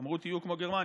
אמרו: תהיו כמו גרמניה.